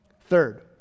Third